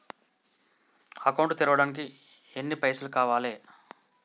Account తెరవడానికి ఎన్ని పైసల్ కావాలే?